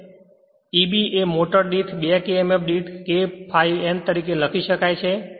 તેથી Eb એ motor back emf દીઠ k ∅ N તરીકે લખી શકાય છે